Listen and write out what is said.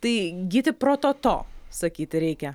tai gyti prototo sakyti reikia